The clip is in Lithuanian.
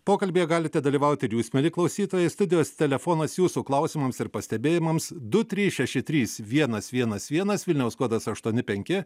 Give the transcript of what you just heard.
pokalbyje galite dalyvauti ir jūs mieli klausytojai studijos telefonas jūsų klausimams ir pastebėjimams du trys šeši trys vienas vienas vienas vilniaus kodas aštuoni penki